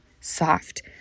soft